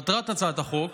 מטרת הצעת החוק,